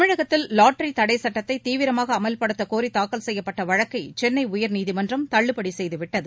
தமிழகத்தில் லாட்டரி தடைச் சுட்டத்தை தீவிரமாக அமல்படுத்தக் கோரி தாக்கல் செய்யப்பட்ட வழக்கை சென்னை உயர்நீதிமன்றம் தள்ளுபடி செய்து விட்டது